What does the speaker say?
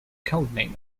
codename